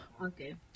okay